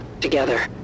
Together